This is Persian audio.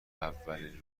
اولین